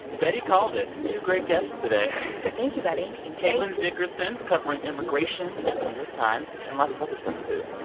betty called it two great guests today thank you, betty caitlin dickerson, covering immigration at the new york times and lots of other stuff, too,